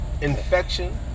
infection